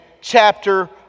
chapter